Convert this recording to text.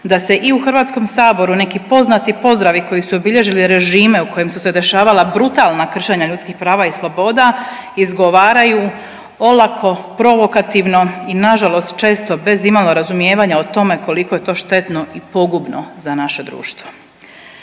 da se i u HS-u neki poznati pozdravi koji su obilježili režime u kojima su se dešavala brutalna kršenja ljudskih prava i sloboda izgovaraju olako, provokativno i nažalost često bez imalo razumijevanja o tome koliko je to štetno i pogubno za naše društvo.